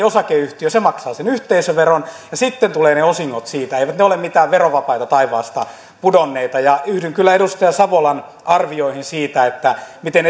osakeyhtiö se maksaa sen yhteisöveron ja sitten tulevat ne osingot siitä eivät ne ole mitään verovapaita taivaasta pudonneita yhdyn kyllä edustaja savolan arvioihin siitä miten